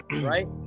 right